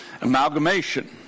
amalgamation